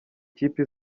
kipe